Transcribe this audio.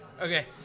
Okay